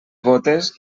bótes